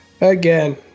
again